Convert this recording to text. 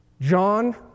John